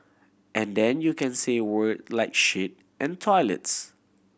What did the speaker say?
and then you can say word like shit and toilets